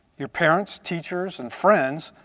your parents, teachers, and friends,